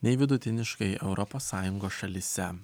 nei vidutiniškai europos sąjungos šalyse